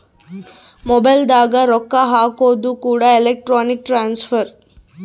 mobile ದಾಗ ರೊಕ್ಕ ಹಾಕೋದು ಕೂಡ ಎಲೆಕ್ಟ್ರಾನಿಕ್ ಟ್ರಾನ್ಸ್ಫರ್